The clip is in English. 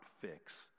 fix